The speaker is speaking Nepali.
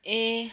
ए